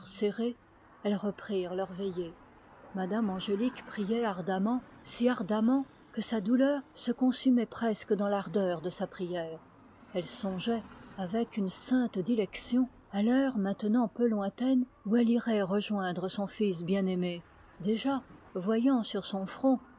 serré elles reprirent leur veillée m me angélique priait ardemment si ardemment que sa douleur se consumait dans l'ardeur de sa prière elle songeait avec une sainte dilection à l'heure maintenant peu lointaine où elle irait rejoindre son fils bien-aimé déjà voyant sur son front